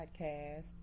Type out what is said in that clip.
podcast